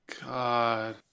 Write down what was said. God